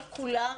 כל כולם